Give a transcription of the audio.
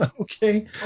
okay